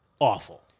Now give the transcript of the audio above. awful